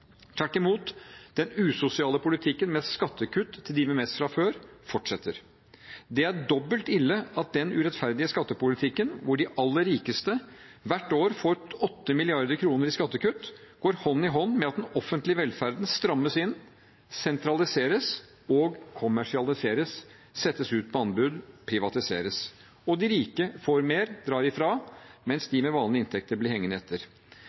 Tvert imot, den usosiale politikken med skattekutt til dem med mest fra før fortsetter. Det er dobbelt ille at den urettferdige skattepolitikken, hvor de aller rikeste hvert år får 8 mrd. kr i skattekutt, går hånd i hånd med at den offentlige velferden strammes inn, sentraliseres og kommersialiseres, settes ut på anbud, privatiseres. De rike får mer og drar ifra, mens de med vanlige inntekter blir hengende etter.